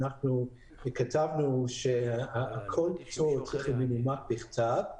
אנחנו כתבנו שכל פטור צריך להיות מנומק בכתב.